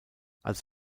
als